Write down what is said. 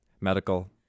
Medical